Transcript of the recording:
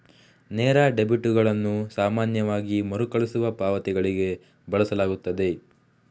ನೇರ ಡೆಬಿಟುಗಳನ್ನು ಸಾಮಾನ್ಯವಾಗಿ ಮರುಕಳಿಸುವ ಪಾವತಿಗಳಿಗೆ ಬಳಸಲಾಗುತ್ತದೆ